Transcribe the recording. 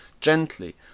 gently